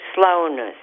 slowness